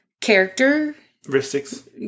characteristics